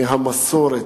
מהמסורת,